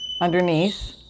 underneath